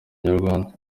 nyarwanda